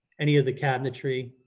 any of the cabinetry,